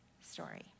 story